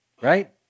right